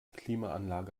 klimaanlage